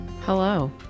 Hello